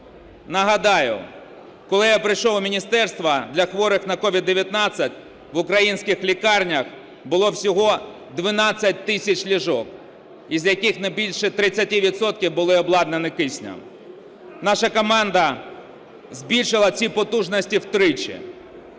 Нагадаю, коли я прийшов у міністерство, для хворих на COVID-19 в українських лікарнях було всього 12 тисяч ліжок, із яких не більше 30 відсотків були обладнані киснем. Наша команда збільшила ці потужності втричі.